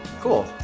Cool